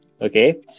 Okay